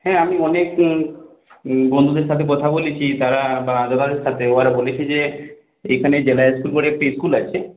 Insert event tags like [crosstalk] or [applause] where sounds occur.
হ্যাঁ আমি অনেক বন্ধুদের সাথে কথা বলেছি তারা বা [unintelligible] সাথে ওরা বলেছে যে এইখানে জেলা স্কুল বোর্ডে একটা স্কুল আছে